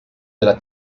della